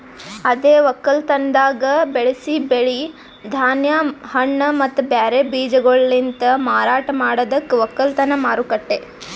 ಅದೇ ಒಕ್ಕಲತನದಾಗ್ ಬೆಳಸಿ ಬೆಳಿ, ಧಾನ್ಯ, ಹಣ್ಣ ಮತ್ತ ಬ್ಯಾರೆ ಬೀಜಗೊಳಲಿಂತ್ ಮಾರಾಟ ಮಾಡದಕ್ ಒಕ್ಕಲತನ ಮಾರುಕಟ್ಟೆ